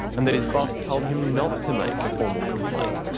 and that his boss told him not to make a formal complaint.